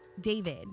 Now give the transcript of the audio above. David